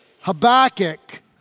Habakkuk